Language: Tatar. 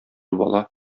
бала